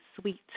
sweet